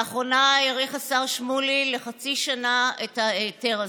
לאחרונה האריך השר שמולי לחצי שנה את ההיתר הזה.